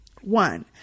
One